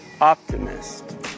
optimist